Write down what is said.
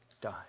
die